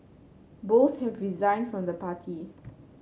both have resigned from the party